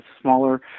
smaller